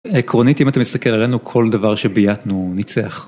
עקרונית, אם אתם מסתכל עלינו, כל דבר שבייתנו ניצח.